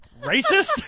Racist